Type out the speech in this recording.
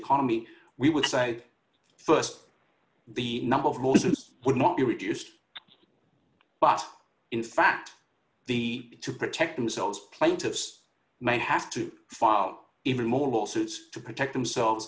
economy we would say st the number of moses would not be reduced but in fact the to protect themselves plaintiffs may have too far out even more lawsuits to protect themselves